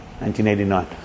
1989